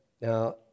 Now